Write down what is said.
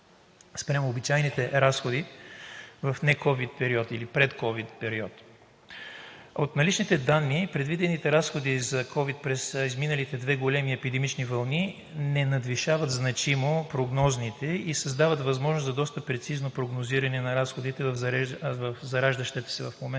спрямо обичайните разходи в нековид период или предковид период. От наличните данни предвидените разходи за ковид през изминалите две големи епидемични вълни не надвишават значимо прогнозните и създават възможност за доста прецизно прогнозиране на разходите в зараждащата се в момента